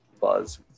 buzz